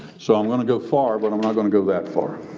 so i'm gonna go far but i'm not gonna go that far.